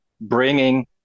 bringing